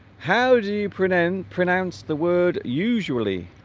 how do you pretend pronounce the word usually